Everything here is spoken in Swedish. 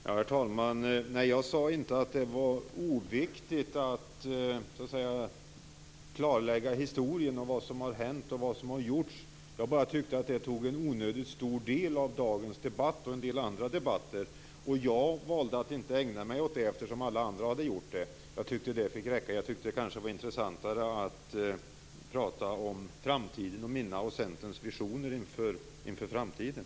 Herr talman! Jag sade inte att det var oviktigt att klarlägga historien och vad som har hänt och gjorts. Jag bara tyckte att det tog en onödigt stor del av dagens debatt och en del andra debatter. Jag valde att inte ägna mig åt det eftersom alla andra hade gjort det. Jag tyckte det fick räcka och att det var intressantare att tala om framtiden och mina och Centerns visioner inför framtiden.